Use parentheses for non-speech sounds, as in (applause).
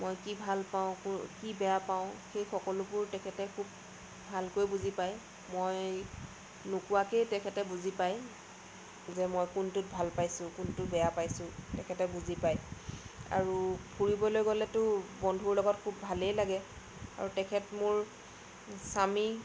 মই কি ভালপাওঁ (unintelligible) কি বেয়া পাওঁ সেই সকলোবোৰ তেখেতে খুব ভালকৈ বুজি পায় মই নোকোৱাকৈয়ে তেখেতে বুজি পায় যে মই কোনটোত ভাল পাইছোঁ কোনটো বেয়া পাইছোঁ তেখেতে বুজি পাই আৰু ফুৰিবলৈ গ'লেতো বন্ধুৰ লগত খুব ভালেই লাগে আৰু তেখেত মোৰ স্বামী